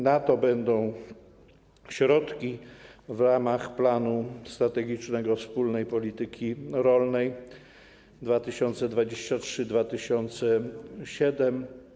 Na to będą środki w ramach „Planu strategicznego dla wspólnej polityki rolnej 2023-2027”